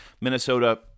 Minnesota